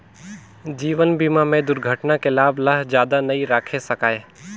जीवन बीमा में दुरघटना के लाभ ल जादा नई राखे सकाये